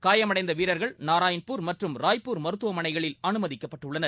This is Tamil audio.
காயமடைந்த வீரர்கள் நாராயண்பூர் மற்றும் ராய்ப்பூர் மருத்துவமனைகளில் அனுமதிக்கப்பட்டுள்ளனர்